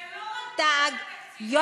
זה לא רק בגלל התקציב, אל תהפכי אותו לגזבר.